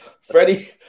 Freddie